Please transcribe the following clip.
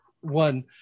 one